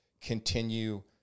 continue